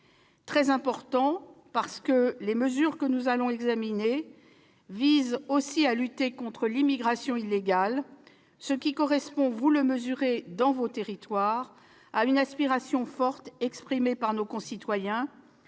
très important, car les mesures que nous allons examiner visent aussi à lutter contre l'immigration illégale, ce qui correspond, vous le mesurez dans vos territoires, à une aspiration forte exprimée par nos concitoyens,